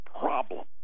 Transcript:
problem